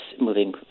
moving